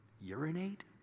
urinate